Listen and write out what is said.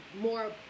more